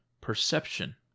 Perception